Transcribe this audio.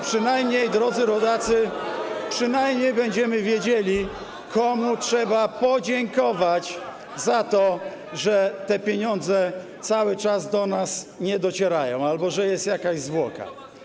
Przynajmniej, drodzy rodacy, będziemy wiedzieli, komu trzeba podziękować za to, że te pieniądze cały czas do nas nie docierają, za to, że jest jakaś zwłoka.